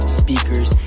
speakers